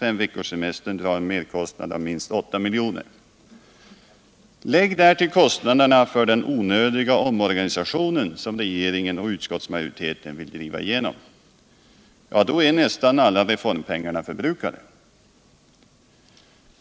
Fem veckors semester drar en merkostnad av minst 8 milj.kr. Lägg därtill kostnaderna för den onödiga omorganisation som regeringen och utskottsmajoriteten vill driva igenom. Då är nästan alla reformpengarna förbrukade.